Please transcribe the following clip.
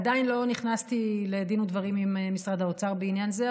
עדיין לא נכנסתי לדין ודברים עם משרד האוצר בעניין הזה,